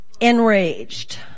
enraged